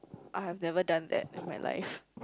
I have never done that in my life